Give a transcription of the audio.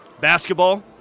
Basketball